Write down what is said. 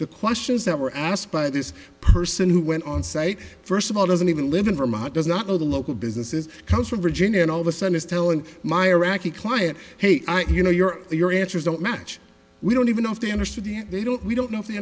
the questions that were asked by this person who went on say first of all doesn't even live in vermont does not know the local businesses come from virginia and all the son is telling my iraqi client hey you know you're your answers don't match we don't even know if they understood yet they don't we don't know if they